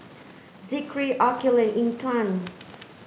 Zikri Aqil and Intan